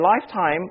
lifetime